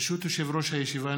ברשות יושב-ראש הישיבה,